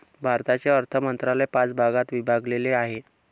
भारताचे अर्थ मंत्रालय पाच भागात विभागलेले आहे